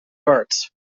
parts